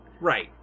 Right